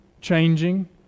changing